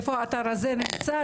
איפה האתר הזה נמצא.